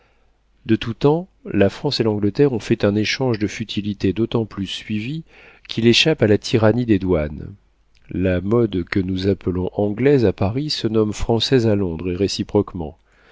de tout temps la france et l'angleterre ont fait un échange de futilités d'autant plus suivi qu'il échappe à la tyrannie des douanes la mode que nous appelons anglaise à paris se nomme française à londres et réciproquement